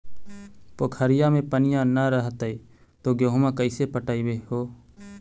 पोखरिया मे पनिया न रह है तो गेहुमा कैसे पटअब हो?